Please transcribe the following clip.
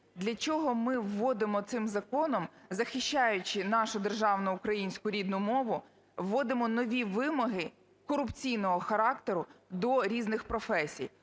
Для чого ми вводимо цим законом, захищаючи нашу державну українську рідну мову, вводимо нові вимоги корупційного характеру до різних професій?